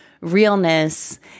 realness